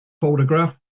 photograph